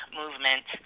movement